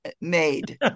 made